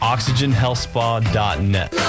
OxygenHealthSpa.net